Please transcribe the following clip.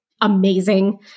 amazing